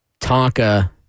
Tonka